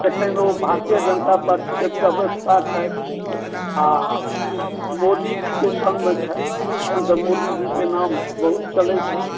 अखन ओ भारतीय जनता पार्टीके प्रवक्ता छथि आ मोदीजीके संगमे छथि अखन तऽ मोदीजीके नाम बहुत चलै छै आ